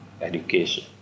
education